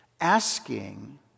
asking